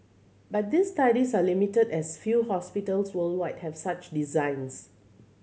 but these studies are limited as few hospitals worldwide have such designs